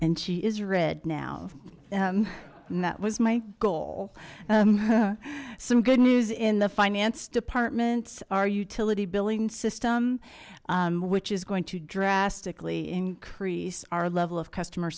and she is read now um and that was my goal um some good news in the finance department our utility billing system which is going to drastically increase our level of customer